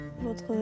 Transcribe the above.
votre